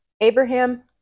Abraham